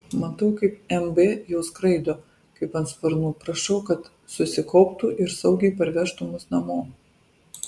matau kaip mb jau skraido kaip ant sparnų prašau kad susikauptų ir saugiai parvežtų mus namo